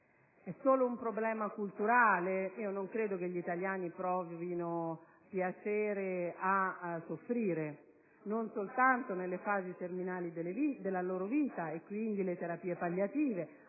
È solo un problema culturale? Non credo che gli italiani provino piacere a soffrire, non soltanto nella fase terminale della loro vita, cosa che comporta terapie palliative,